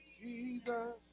Jesus